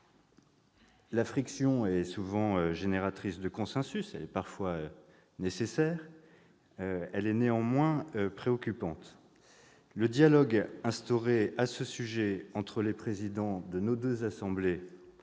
La friction est souvent génératrice de consensus, elle est parfois nécessaire ; elle est néanmoins préoccupante. Le dialogue instauré à ce sujet entre les présidents de nos deux assemblées,